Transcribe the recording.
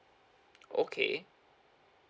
okay